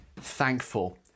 thankful